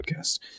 podcast